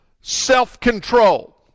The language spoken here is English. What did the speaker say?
self-control